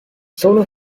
zulu